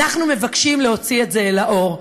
אנחנו מבקשים להוציא את זה אל האור,